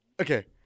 Okay